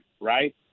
right